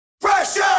Pressure